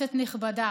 כנסת נכבדה,